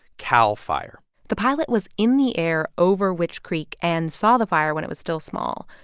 cal fire the pilot was in the air over witch creek and saw the fire when it was still small.